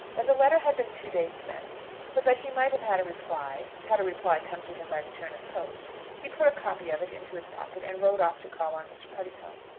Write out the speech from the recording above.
when the letter had been two days sent, so that he might have had a reply had a reply come to him by return of post, he put a copy of it into his pocket and rode off to call on mr. puddicombe.